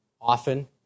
often